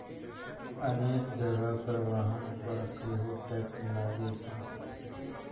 अनेक जगह पर वाहन पर सेहो टैक्स लागै छै